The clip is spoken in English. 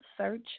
Search